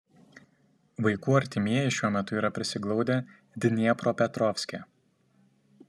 vaikų artimieji šiuo metu yra prisiglaudę dniepropetrovske